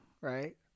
right